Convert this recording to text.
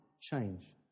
change